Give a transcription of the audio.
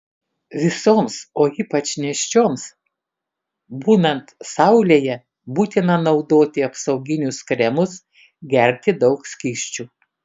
visoms o ypač nėščioms būnant saulėje būtina naudoti apsauginius kremus gerti daug skysčių